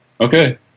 Okay